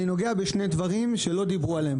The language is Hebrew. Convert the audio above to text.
אני נוגע בשני דברים שלא דיברו פה